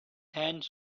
hands